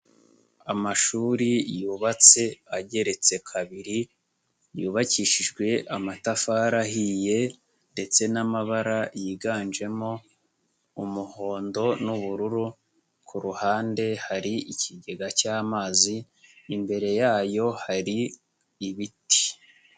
Amashuri yubatse ageretse kabiri yubakishijwe amatafari ahiye ndetse n'amabara yiganjemo umuhondo n'ubururu ku ruhande hari ikigega cy'amazi imbere yayo hari ibiti.